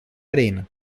arena